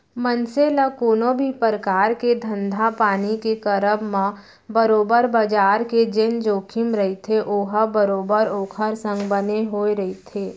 मनसे ल कोनो भी परकार के धंधापानी के करब म बरोबर बजार के जेन जोखिम रहिथे ओहा बरोबर ओखर संग बने होय रहिथे